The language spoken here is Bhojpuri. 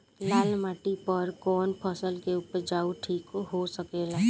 लाल माटी पर कौन फसल के उपजाव ठीक हो सकेला?